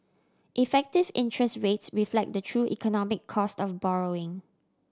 effective interest rates reflect the true economic cost of borrowing